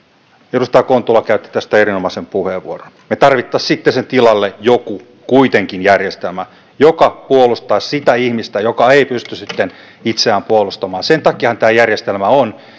edustaja kontula käytti tästä erinomaisen puheenvuoron me tarvitsisimme sen tilalle sitten kuitenkin jonkun järjestelmän joka puolustaisi sitä ihmistä joka ei pysty itseään puolustamaan sen takiahan tämä järjestelmä on